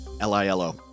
L-I-L-O